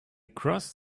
crossed